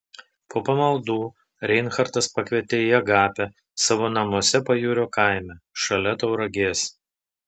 po pamaldų reinhartas pakvietė į agapę savo namuose pajūrio kaime šalia tauragės